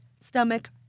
stomach